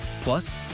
Plus